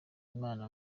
imana